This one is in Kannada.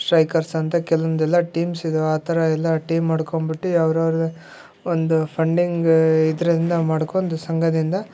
ಸ್ಟ್ರೈಕರ್ಸಂತ ಕೆಲವೊಂದೆಲ್ಲ ಟೀಮ್ಸ್ ಇದಾವೆ ಆ ಥರಾ ಎಲ್ಲಾ ಟೀಮ್ ಮಾಡ್ಕೊಂಬಿಟ್ಟು ಅವ್ರ ಅವ್ರದ್ದು ಒಂದು ಫಂಡಿಂಗ್ ಇದರಿಂದ ಮಾಡ್ಕೊಂದು ಸಂಘದಿಂದ